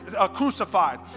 crucified